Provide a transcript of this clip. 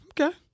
Okay